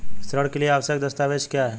ऋण के लिए आवश्यक दस्तावेज क्या हैं?